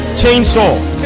chainsaw